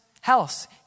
house